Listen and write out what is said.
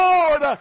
Lord